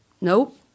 Nope